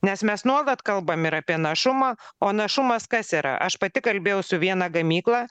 nes mes nuolat kalbam ir apie našumą o našumas kas yra aš pati kalbėjau su viena gamykla